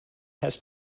has